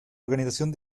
organización